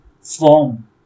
form